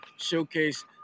showcase